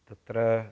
तत्र